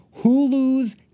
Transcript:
Hulu's